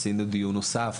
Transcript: עשינו דיון נוסף,